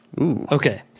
Okay